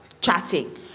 chatting